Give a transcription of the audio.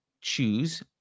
choose